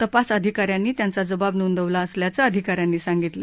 तपास अधिका यांनी त्यांचा जबाब नोंदवला असल्याचं अधिका यांनी सांगितलं